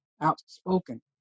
outspoken